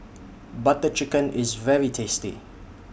Butter Chicken IS very tasty